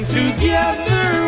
together